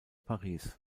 paris